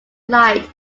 light